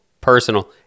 personal